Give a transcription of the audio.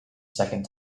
second